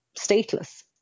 stateless